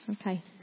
Okay